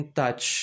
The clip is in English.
touch